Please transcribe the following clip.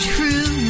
True